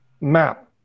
map